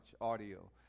audio